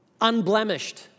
unblemished